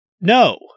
no